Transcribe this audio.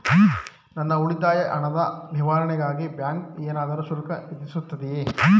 ನನ್ನ ಉಳಿತಾಯ ಹಣದ ನಿರ್ವಹಣೆಗಾಗಿ ಬ್ಯಾಂಕು ಏನಾದರೂ ಶುಲ್ಕ ವಿಧಿಸುತ್ತದೆಯೇ?